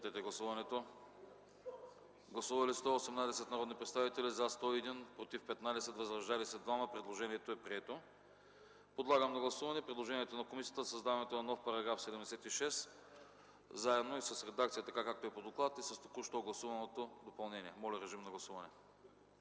Гласували 118 народни представители: за 101, против 15, въздържали се 2. Предложението е прието. Подлагам на гласуване предложението на комисията за създаване на нов § 76 заедно с редакцията, така както е по доклад и с току-що гласуваното допълнение. Гласували